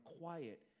quiet